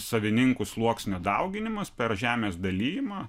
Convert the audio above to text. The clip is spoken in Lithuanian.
savininkų sluoksnio dauginimas per žemės dalijimą